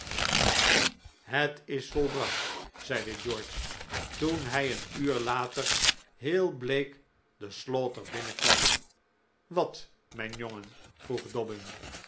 het is volbracht zeide george toen hij een uur later heelbleekde slaughter binnenkwam wat mijn jongen vroeg